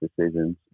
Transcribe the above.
decisions